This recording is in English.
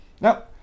Now